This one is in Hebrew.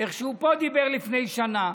איך שהוא פה דיבר לפני שנה